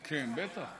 כן, בטח.